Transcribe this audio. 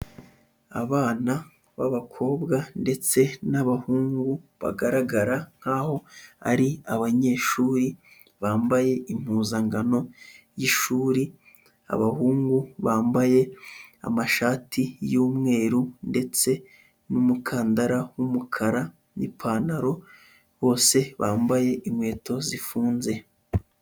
Abana b'abakobwa ndetse n'abahungu bagaragara nkaho ari abanyeshuri, bambaye impuzangano y'ishuri, abahungu bambaye amashati y'umweru ndetse n'umukandara w'umukara n'ipantaro, bose bambaye inkweto zifunze.